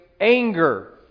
anger